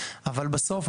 אבל בסוף,